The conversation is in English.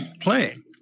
playing